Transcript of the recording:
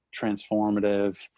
transformative